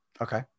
okay